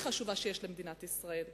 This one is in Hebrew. מערכת היחסים הכי חשובה שיש למדינת ישראל.